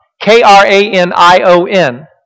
K-R-A-N-I-O-N